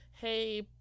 hey